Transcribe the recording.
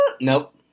Nope